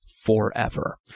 forever